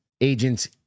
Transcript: agents